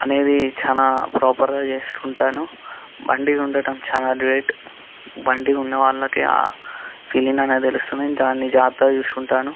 అనేది చాలా ప్రాపర్గా చేసుకుంటాను బండి ఉండటం చాలా గ్రేట్ బండి ఉన్న వాళ్ళకే ఆ ఫీలింగ్ అనేది తెలుస్తుంది దాన్ని జాగత్తగా చూసుకుంటాను